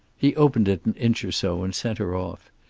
he opened it an inch or so and sent her off.